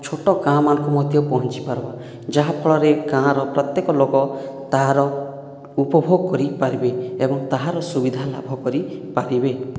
ଛୋଟ ଗାଁମାନଙ୍କୁ ମଧ୍ୟ ପହଞ୍ଚିପାରିବ ଯାହାଫଳରେ ଗାଁର ପ୍ରତ୍ୟେକ ଲୋକ ତାହାର ଉପଭୋଗ କରିପାରିବେ ଏବଂ ତାହାର ସୁବିଧା ଲାଭ କରିପାରିବେ